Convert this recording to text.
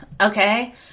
okay